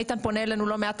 איתן פונה אלינו לא מעט,